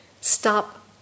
stop